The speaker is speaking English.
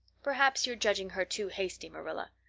perhaps you're judging her too hasty, marilla.